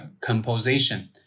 composition